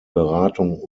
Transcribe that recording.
beratung